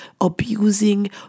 abusing